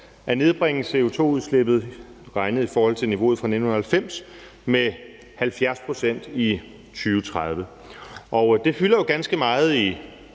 at nedbringe CO2-udslippet regnet i forhold til niveauet fra 1990 med 70 pct. i 2030, og det fylder jo ganske meget i